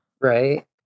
Right